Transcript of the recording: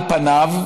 על פניו,